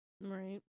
right